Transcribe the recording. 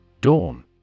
Dawn